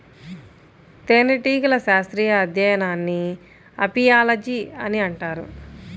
తేనెటీగల శాస్త్రీయ అధ్యయనాన్ని అపియాలజీ అని అంటారు